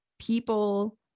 people